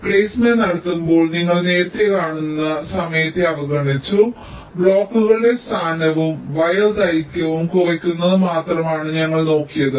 ഞങ്ങൾ പ്ലെയ്സ്മെന്റ് നടത്തുമ്പോൾ നിങ്ങൾ നേരത്തെ കാണുന്നു ഞങ്ങൾ സമയത്തെ അവഗണിച്ചു ബ്ലോക്കുകളുടെ സ്ഥാനവും വയർ ദൈർഘ്യം കുറയ്ക്കുന്നതും മാത്രമാണ് ഞങ്ങൾ നോക്കിയത്